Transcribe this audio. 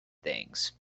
things